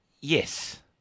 yes